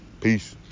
Peace